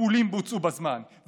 טיפולים בוצעו בזמן,